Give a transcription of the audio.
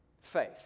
faith